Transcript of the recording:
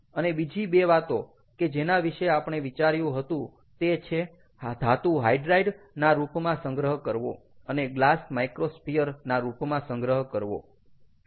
અને બીજી બે વાતો કે જેના વિશે આપણે વિચાર્યું હતું તે છે ધાતુ હાઈડ્રાઇડ ના રૂપમાં સંગ્રહ કરવો અને ગ્લાસ માઈક્રોસ્ફિયર ના રૂપમાં સંગ્રહ કરવો